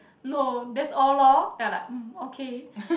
no that's all lor then I like mm okay